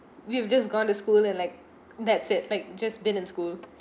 we've just gone to school and like that's it like just been in school